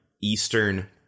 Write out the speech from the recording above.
Eastern